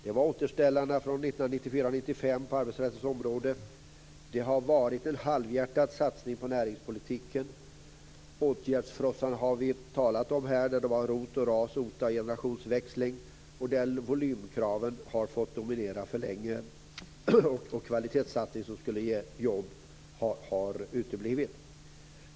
Det var återställarna från 1994/95 på arbetsrättens område. Det har varit en halvhjärtad satsning på näringspolitiken. Åtgärdsfrossan har vi talat om, när det var ROT och RAS, OTA och generationsväxling. Modell och volymkraven har fått dominera för länge, och kvalitetssatsningen som skulle ge jobb har uteblivit.